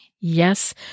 Yes